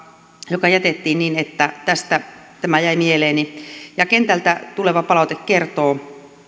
joka jätettiin niin että tämä jäi mieleeni kentältä tuleva palaute kertoo